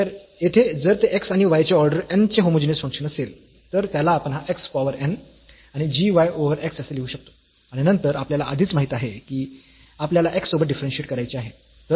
तर येथे जर ते x आणि y चे ऑर्डर n चे होमोजीनियस फंक्शन असेल तर त्याला आपण हा x पॉवर n आणि g y ओव्हर x असे लिहू शकतो आणि नंतर आपल्याला आधीच माहित आहे की आपल्याला x सोबत डिफरन्शियेट करायचे आहे